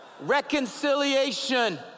Reconciliation